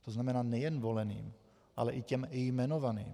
To znamená nejen voleným, ale i těm jmenovaným.